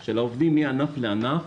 של עובדים מענף לענף